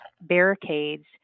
barricades